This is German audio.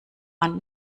man